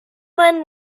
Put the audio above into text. men